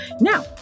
Now